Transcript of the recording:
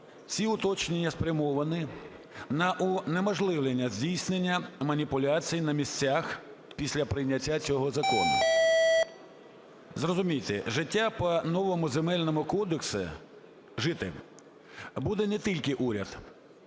Всі уточнення спрямовані на унеможливлення здійснення маніпуляцій на місцях після прийняття цього закону. Зрозумійте, життя по новому Земельному кодексу... жити буде не тільки уряд,